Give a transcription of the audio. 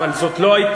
מאה אחוז.